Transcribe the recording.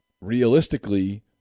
realistically